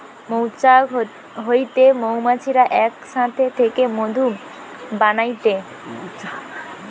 মৌচাক হইতে মৌমাছিরা এক সাথে থেকে মধু বানাইটে